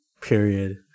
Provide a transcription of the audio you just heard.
Period